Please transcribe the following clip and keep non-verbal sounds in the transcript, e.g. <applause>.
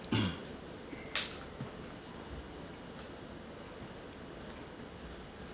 <noise>